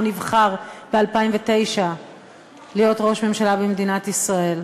נבחר ב-2009 להיות ראש ממשלה במדינת ישראל.